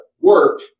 work